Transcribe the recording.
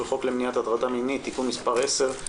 חוק למניעת הטרדה מינית (תיקון מס' 10),